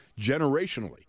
generationally